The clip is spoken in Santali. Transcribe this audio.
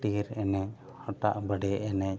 ᱴᱤᱨ ᱮᱱᱮᱡ ᱦᱟᱴᱟᱜ ᱵᱟᱹᱰᱤ ᱮᱱᱮᱡ